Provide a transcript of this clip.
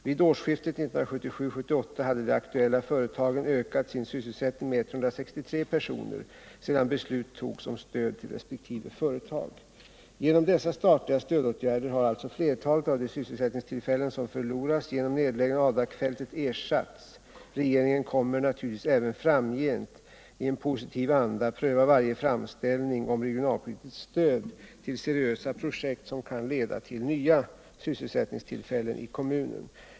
Vid årsskiftet 1977-1978 hade de aktuella företagen ökat sin sysselsättning med 163 personer sedan beslut fattats om stöd till resp. företag. Genom dessa statliga stödåtgärder har alltså flertalet av de sysselsättningstillfällen som förloras genom nedläggningen av Adakfältet ersatts. Regeringen kommer naturligtvis även framgent att i en positiv anda pröva varje framställning om regionalpolitiskt stöd till seriösa projekt, som kan leda till nya sysselsättningstillfällen i kommunen.